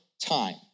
time